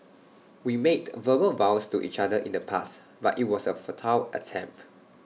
we made verbal vows to each other in the past but IT was A futile attempt